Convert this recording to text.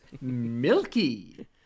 Milky